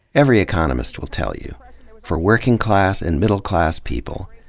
every economist will tell you for working-class and middle-class people,